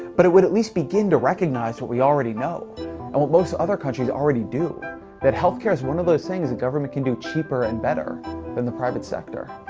but it would at least begin to recognize what we already know and what most other countries already do that health care is one of those things the government can do cheaper and better than the private sector.